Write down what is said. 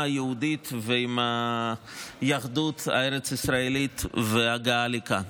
היהודית ועם היהדות הארץ ישראלית וההגעה לכאן.